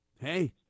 hey